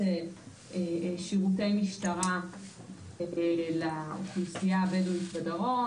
שירותי משטרה לאוכלוסייה הבדואית בדרום,